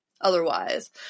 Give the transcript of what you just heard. otherwise